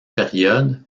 période